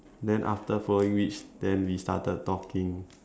then after following which then we started talking